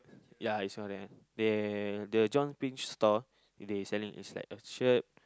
ya I saw that they the John pinch store they selling is like a shirt